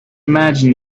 imagine